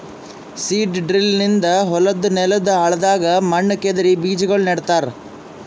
seed drill ನಿಂದ ಹೊಲದ್ ನೆಲದ್ ಆಳದಾಗ್ ಮಣ್ಣ ಕೆದರಿ ಬೀಜಾಗೋಳ ನೆಡ್ತಾರ